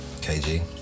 KG